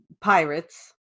pirates